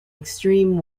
extreme